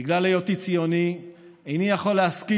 בגלל היותי ציוני איני יכול להסכים